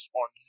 on